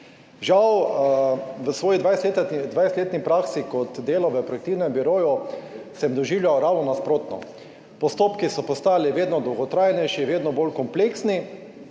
Žal, v svoji 20-letni praksi, kot delo v projektivnem biroju, sem doživljal ravno nasprotno. Postopki so postajali vedno dolgotrajnejši, vedno bolj kompleksni.